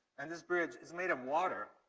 and this bridge is made of water,